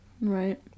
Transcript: Right